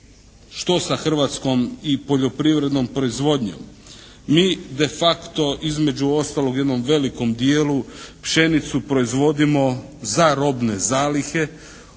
što sa Hrvatskom i poljoprivrednom proizvodnjom? Mi de facto između ostalog u jednom velikom dijelu pšenicu proizvodimo za robne zalihe,